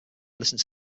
listened